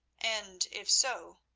and, if so,